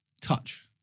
touch